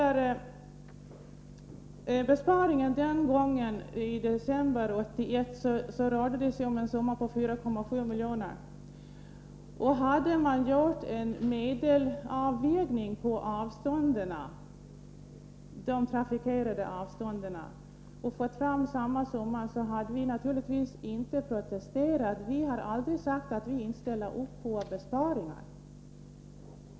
Besparingen i december 1981 rörde sig om en summa på 4,7 milj.kr. Hade man gjort en avvägning beträffande de trafikerade avstånden och fått fram samma resultat, hade vi naturligtvis inte protesterat. Vi har aldrig sagt att vi inte ställer upp för besparingar.